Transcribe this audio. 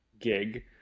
gig